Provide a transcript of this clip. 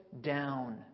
down